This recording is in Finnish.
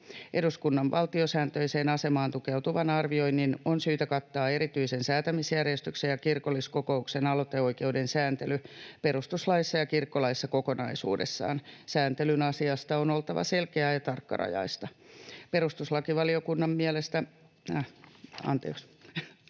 Eduskunnan valtiosääntöiseen asemaan tukeutuvan arvioinnin on syytä kattaa erityisen säätämisjärjestyksen ja kirkolliskokouksen aloiteoikeuden sääntely perustuslaissa ja kirkkolaissa kokonaisuudessaan. Sääntelyn asiasta on oltava selkeää ja tarkkarajaista. Hallintovaliokunta katsoo,